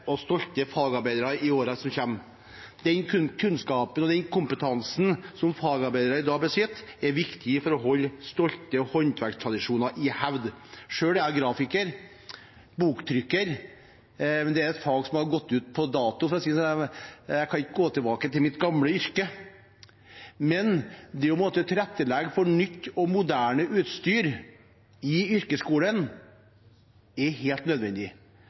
og stolte fagarbeidere i årene som kommer. Den kunnskapen og den kompetansen som fagarbeidere i dag besitter, er viktig for å holde stolte håndverkstradisjoner i hevd. Selv er jeg grafiker, boktrykker, men det er et fag som har gått ut på dato, for å si det sånn. Jeg kan ikke gå tilbake til mitt gamle yrke. Så det å tilrettelegge for nytt og moderne utstyr i yrkesskolen er helt nødvendig.